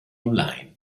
online